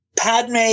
Padme